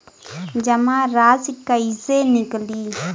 जमा राशि कइसे निकली?